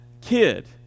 kid